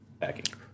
backing